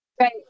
Right